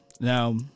Now